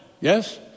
yes